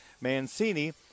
Mancini